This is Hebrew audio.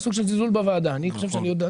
סוג של זלזול בוועדה: אני חושב שאני יודע.